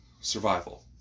survival